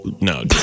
no